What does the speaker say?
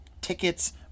tickets